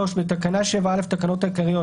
3.תיקון תקנה 7 בתקנה 7(א) לתקנות העיקריות